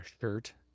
shirt